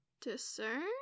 discern